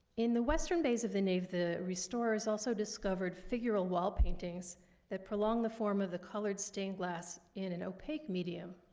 in the western bays of the nave, the restorers also discovered figural wall paintings that prolong the form of the colored stained glass in an opaque medium.